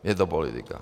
Je to politika.